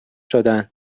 دادهاند